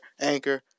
anchor